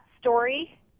story